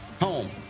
Home